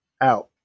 out